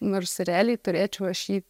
nors realiai turėčiau aš jį